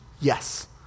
Yes